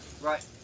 Right